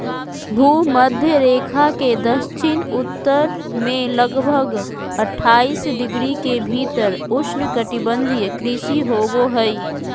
भूमध्य रेखा के दक्षिण उत्तर में लगभग अट्ठाईस डिग्री के भीतर उष्णकटिबंधीय कृषि होबो हइ